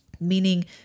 meaning